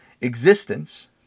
existence